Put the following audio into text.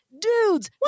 dudes